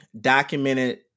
documented